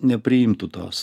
nepriimtų tos